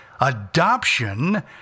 adoption